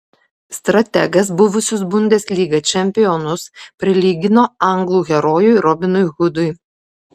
strategas buvusius bundesliga čempionus prilygino anglų herojui robinui hudui